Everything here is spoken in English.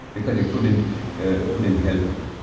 because he couldn't ah couldn't help it.